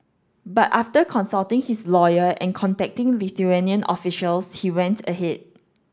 but after consulting his lawyer and contacting Lithuanian officials he went ahead